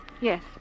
Yes